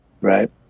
right